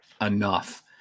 enough